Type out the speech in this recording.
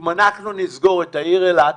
אם אנחנו נסגור את העיר אילת,